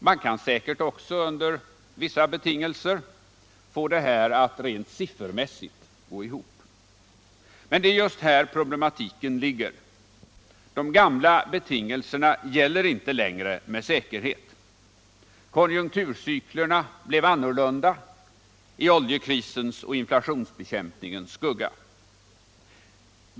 Man kan säkert också — under vissa betingelser — få detta att rent siffermässigt gå ihop. Men det är just här problematiken ligger. De gamla betingelserna gäller inte längre med säkerhet. Konjunktureyklerna blev annorlunda i oljekrisens och inflationsbekämpningens skugga.